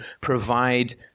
provide